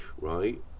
right